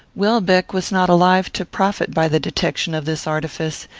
welbeck was not alive to profit by the detection of this artifice,